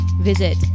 visit